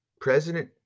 President